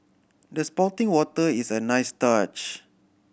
the spouting water is a nice touch